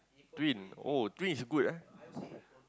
twin oh twin is good eh